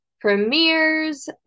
premieres